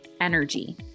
energy